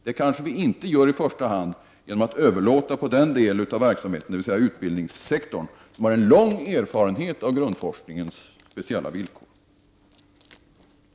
Det kanske vi inte gör i första hand genom att överlåta forskningen på den del av verksamheten, dvs. utbildningssektorn, som har en lång erfarenhet av grundforskningens speciella villkor.